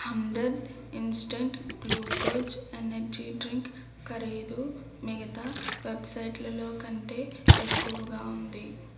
Hamdard instant glucose energy drink ఖరీదు మిగతా వెబ్సైట్లలో కంటే ఎక్కువగా ఉంది